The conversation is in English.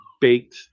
baked